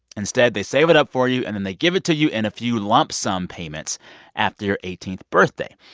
instead, they save it up for you. and then they give it to you in a few lump sum payments after your eighteenth birthday.